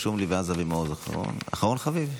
ואז אבי מעוז אחרון אחרון חביב.